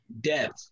depth